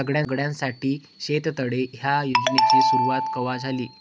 सगळ्याइसाठी शेततळे ह्या योजनेची सुरुवात कवा झाली?